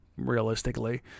realistically